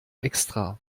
extra